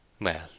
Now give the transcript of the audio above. Well